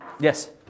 Yes